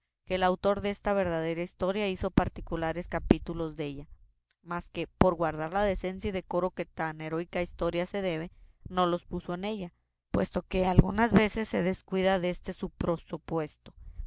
que el autor desta verdadera historia hizo particulares capítulos della mas que por guardar la decencia y decoro que a tan heroica historia se debe no los puso en ella puesto que algunas veces se descuida deste su